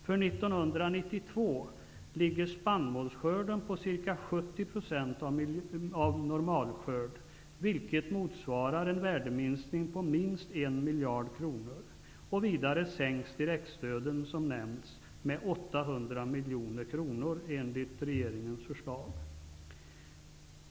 För 1992 ligger spannmålsskörden på ca 70 % av normalskörd, vilket motsvarar en värdeminskning på minst 1 miljard kronor. Vidare sänks direktstöden, som nämnts, med 800 miljoner kronor, enligt regeringens förslag.